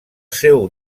seu